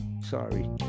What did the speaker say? sorry